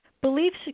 Beliefs